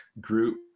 group